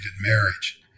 marriage